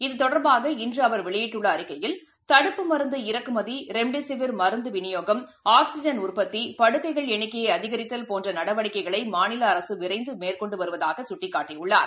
இது தொடா்பாக இன்றுஅவா் வெளியிட்டுள்ளஅறிக்கையில் தடுப்பு மருந்து இறக்குமதி ரெம்டெசிவா் படுக்கைகள் மருந்துவினியோகம் உற்பத்தி எண்ணிக்கையைஅதிகரித்தல் போன்றநடவடிக்கைகளைமாநிலஅரசுவிரைந்துமேற்கொண்டுவருவதாகசுட்டிக்காட்டியுள்ளார்